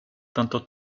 tanto